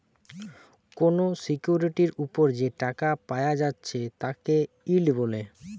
কোনো সিকিউরিটির উপর যে টাকা পায়া যাচ্ছে তাকে ইল্ড বলে